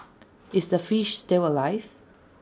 is the fish still alive